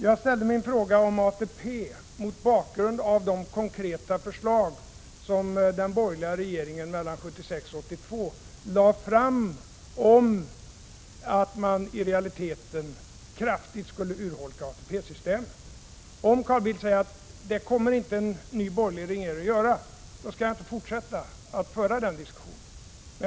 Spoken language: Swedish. Jag ställde min fråga om ATP mot bakgrund av de konkreta förslag som den borgerliga regeringen mellan 1976 och 1982 lade fram om att man i realiteten kraftigt skulle urholka ATP-systemet. Om Carl Bildt säger att en ny borgerlig regering inte kommer att göra det, då skall jag inte fortsätta att föra den diskussionen.